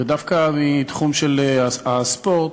דווקא בתחום הספורט,